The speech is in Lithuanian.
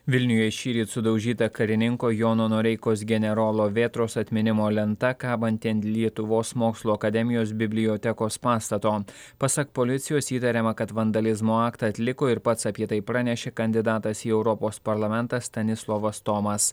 vilniuje šįryt sudaužyta karininko jono noreikos generolo vėtros atminimo lenta kabanti ant lietuvos mokslų akademijos bibliotekos pastato pasak policijos įtariama kad vandalizmo aktą atliko ir pats apie tai pranešė kandidatas į europos parlamentą stanislovas tomas